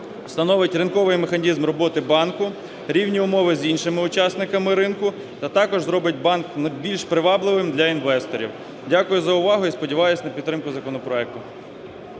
встановить ринковий механізм роботи банку, рівні умови з іншими учасниками ринку та також зробить банк більш привабливим для інвесторів. Дякую за увагу. І сподіваюся на підтримку законопроекту.